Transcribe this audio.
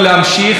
וממשלות,